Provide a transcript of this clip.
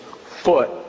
foot